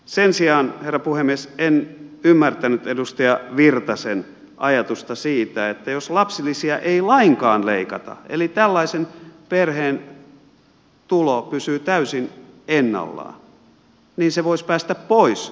sen sijaan herra puhemies en ymmärtänyt edustaja virtasen ajatusta siitä että jos lapsilisiä ei lainkaan leikata eli tällaisen perheen tulo pysyy täysin ennallaan niin se voisi päästä pois toimeentulotuelta